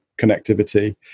connectivity